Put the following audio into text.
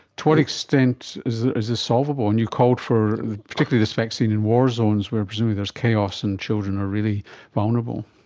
to what extent is this solvable? and you called for particularly this vaccine in war zones where presumably there is chaos and children are really vulnerable.